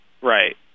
Right